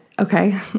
Okay